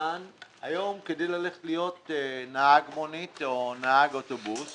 היום כדי ללכת להיות נהג מונית או נהג אוטובוס